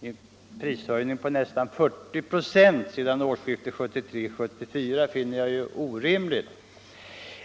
En prishöjning på nästan 40 KH sedan årsskiftet 1973-1974 finner jag orimlig,